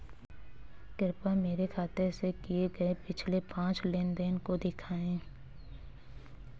कृपया मेरे खाते से किए गये पिछले पांच लेन देन को दिखाएं